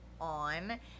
on